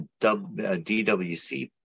DWC